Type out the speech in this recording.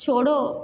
छोड़ो